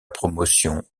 promotion